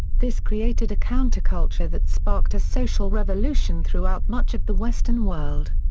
this created a counterculture that sparked a social revolution throughout much of the western world.